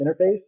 interface